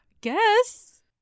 Guess